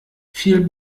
viel